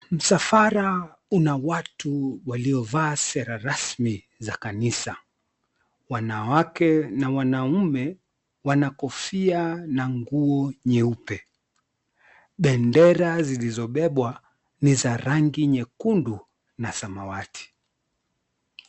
Msafara una watu waliovaa sare rasmi za kanisa, wanawake kwa wanaume wanakofia na nguo nyeupe bendera zilizobebwa ni za rangi nyekundu na samawati.